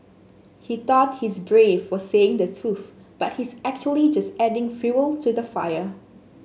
he thought he's brave for saying the truth but he's actually just adding fuel to the fire